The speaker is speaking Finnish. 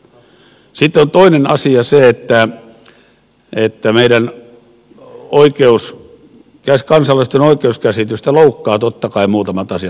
sitten on toinen asia se että meidän kansalaisten oikeuskäsitystä loukkaavat totta kai muutamat asiat